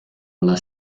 alla